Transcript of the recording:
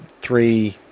three